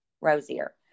rosier